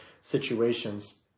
situations